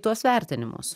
tuos vertinimus